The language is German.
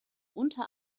unter